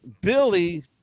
Billy